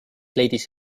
leidis